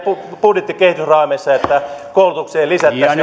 budjettinne kehysraameissa että koulutukseen lisättäisiin